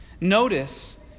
notice